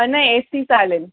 नाही A C चालेल